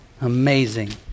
Amazing